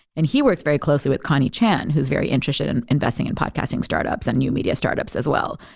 and he works very closely with connie chan, who's very interested in investing in podcasting startups and new media startups as well.